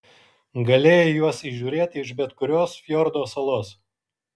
galėjai juos įžiūrėti iš bet kurios fjordo salos